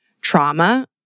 trauma